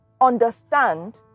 understand